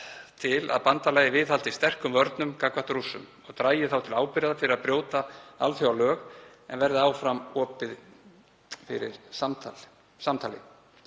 til að bandalagið viðhaldi sterkum vörnum gagnvart Rússum og dragi þá til ábyrgðar fyrir að brjóta alþjóðalög en verði áfram opið fyrir samtali.